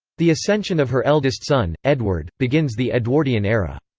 the ascension of her eldest son, edward, begins the edwardian era.